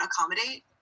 accommodate